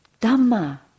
Dhamma